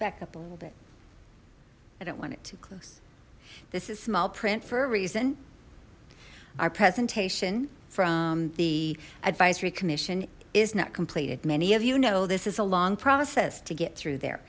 back up a little bit i don't want it to close this is small print for a reason our presentation from the advisory commission is not completed many of you know this is a long process to get through there